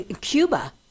Cuba